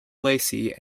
lacey